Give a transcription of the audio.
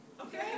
Okay